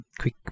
quick